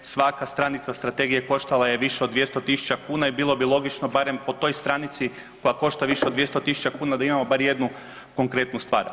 Svaka stranica Strategije koštala je više od 200 tisuća kuna i bilo bi logično barem po toj stranici koja košta više od 200 tisuća kuna da imamo bar jednu konkretnu stvar.